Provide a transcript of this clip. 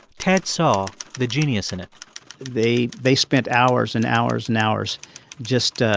ted saw the genius in it they they spent hours and hours and hours just ah